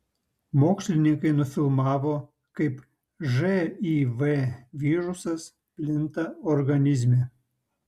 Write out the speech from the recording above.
mokslininkai nufilmavo kaip živ virusas plinta organizme